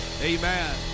Amen